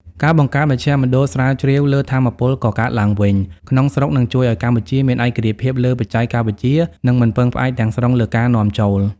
ការបង្កើតមជ្ឈមណ្ឌលស្រាវជ្រាវលើ "ថាមពលកកើតឡើងវិញ" ក្នុងស្រុក នឹងជួយឱ្យកម្ពុជាមានឯករាជ្យភាពលើបច្ចេកវិទ្យា និងមិនពឹងផ្អែកទាំងស្រុងលើការនាំចូល។